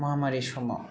महामारि समाव